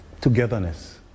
togetherness